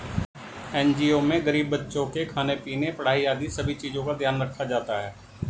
NGO में गरीब बच्चों के खाने पीने, पढ़ाई आदि सभी चीजों का ध्यान रखा जाता है